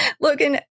Logan